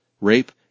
rape